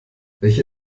welche